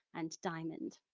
and diamond.